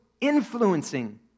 influencing